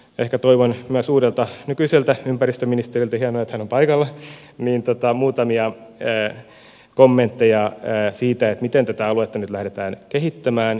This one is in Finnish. ehkä toivon myös uudelta nykyiseltä ympäristöministeriltä hienoa että hän on paikalla muutamia kommentteja siitä miten tätä aluetta nyt lähdetään kehittämään